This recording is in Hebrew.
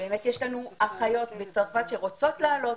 יש לנו אחיות בצרפת שרוצות לעלות.